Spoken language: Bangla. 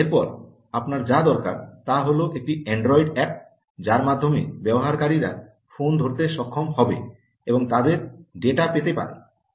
এরপরে আপনার যা দরকার তা হল একটি অ্যান্ড্রয়েড অ্যাপ যার মাধ্যমে ব্যবহারকারীরা ফোন ধরতে সক্ষম হবে এবং তাদের ডেটা পেতে পারবে